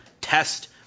test